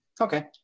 okay